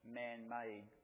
man-made